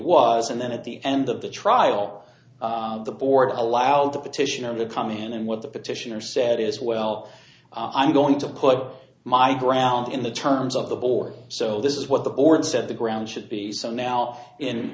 was and then at the end of the trial the board allowed the petition of the come in and what the petitioner said is well i'm going to put my ground in the terms of the board so this is what the board said the ground should be so now in